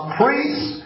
priests